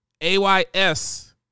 AYS